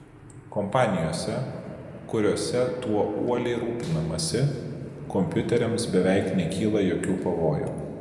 kompanijose kuriose tuo uoliai rūpinamasi kompiuteriams beveik nekyla jokių pavojų